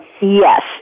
Yes